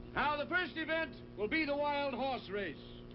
the first event will be the wild horse race.